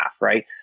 right